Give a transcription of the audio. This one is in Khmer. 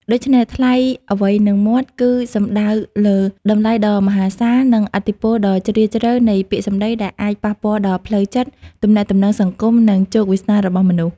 ដូច្នេះ "ថ្លៃអ្វីនឹងមាត់" គឺសំដៅលើ តម្លៃដ៏មហាសាល និងឥទ្ធិពលដ៏ជ្រាលជ្រៅ នៃពាក្យសម្ដី ដែលអាចប៉ះពាល់ដល់ផ្លូវចិត្ត ទំនាក់ទំនងសង្គម និងជោគវាសនារបស់មនុស្ស។